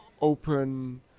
open